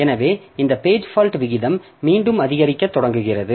எனவே இந்த page fault விகிதம் மீண்டும் அதிகரிக்கத் தொடங்குகிறது